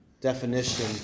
definition